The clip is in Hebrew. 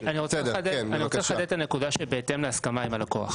אני רוצה לחדד את הנקודה שמדברת על בהתאם להסכמה עם הלקוח.